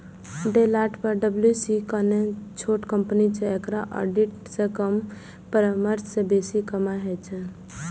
Deloitte पी.डब्ल्यू.सी सं कने छोट कंपनी छै, एकरा ऑडिट सं कम परामर्श सं बेसी कमाइ होइ छै